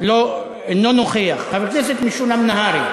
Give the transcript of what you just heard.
אינו נוכח, חבר הכנסת משולם נהרי,